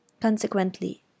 Consequently